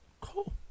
Cool